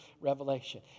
Revelation